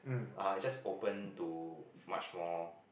(uh huh) it's just open to much more